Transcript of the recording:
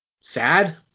sad